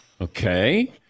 Okay